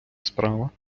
справа